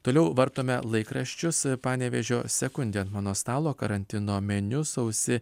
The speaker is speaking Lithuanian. toliau vartome laikraščius panevėžio sekundė ant mano stalo karantino meniu sausi